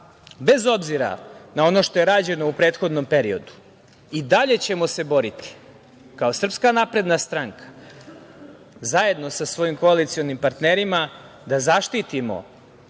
bez obzira na ono što je rađeno u prethodnom periodu i dalje ćemo se boriti kao SNS zajedno sa svojim koalicionim partnerima da zaštitimo